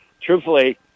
truthfully